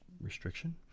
restriction